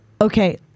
okay